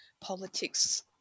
politics